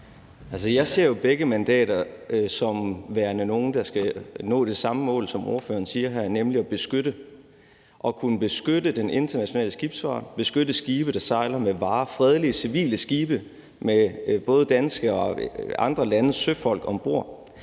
Jeg ser jo begge mandater som værende nogle, der skal nå det samme mål, som ordføreren siger her, nemlig at beskytte den internationale skibsfart, beskytte skibe, der sejler med varer – fredelige, civile skibe med både danske og andre landes søfolk om bord.